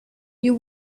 you